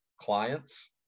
clients